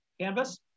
canvas